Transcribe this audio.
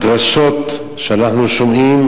הדרשות שאנחנו שומעים